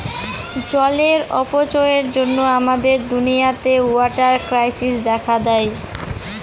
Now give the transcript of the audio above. জলের অপচয়ের জন্য আমাদের দুনিয়াতে ওয়াটার ক্রাইসিস দেখা দেয়